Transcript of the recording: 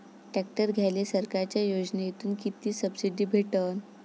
Tractor घ्यायले सरकारच्या योजनेतून किती सबसिडी भेटन?